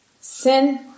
sin